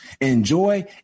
Enjoy